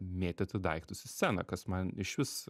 mėtyti daiktus į sceną kas man išvis